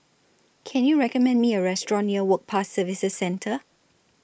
Can YOU recommend Me A Restaurant near Work Pass Services Centre